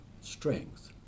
strength